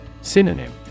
Synonym